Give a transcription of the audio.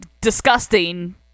disgusting